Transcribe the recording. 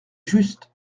juste